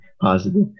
positive